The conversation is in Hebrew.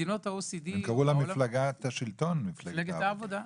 קראו למפלגת העבודה מפלגת השלטון.